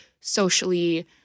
socially